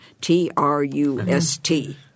T-R-U-S-T